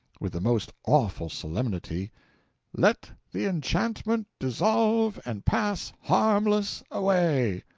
with the most awful solemnity let the enchantment dissolve and pass harmless away!